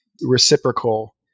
reciprocal